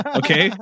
okay